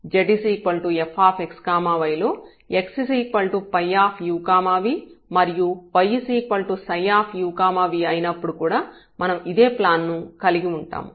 z fx y లో x ∅u v మరియు y u v అయినప్పుడు కూడా మనం ఇదే ప్లాన్ ను కలిగి వుంటాము